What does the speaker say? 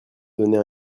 donner